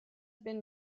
been